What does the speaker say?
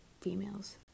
females